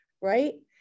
right